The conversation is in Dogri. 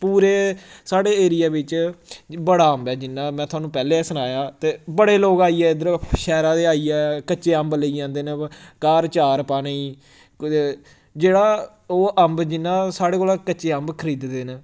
पूरे साढ़े एरिया बिच्च बड़ा अम्ब ऐ जिन्ना में थोआनूं पैह्लें गै सनाया ते बड़े लोक आइयै इद्धरूं शैह्रा दे आइयै कच्चे अम्ब लेई जंदे न घर चार पाने लेई कुतै जेह्ड़ा ओह् अम्ब जिन्ना साढ़े कोला कच्चे अम्ब खरीददे न